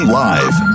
live